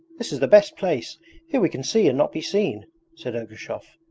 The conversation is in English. this is the best place here we can see and not be seen said ergushov,